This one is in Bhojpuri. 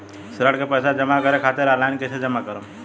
ऋण के पैसा जमा करें खातिर ऑनलाइन कइसे जमा करम?